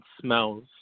smells